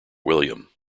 william